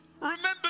Remember